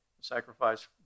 sacrifice